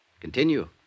continue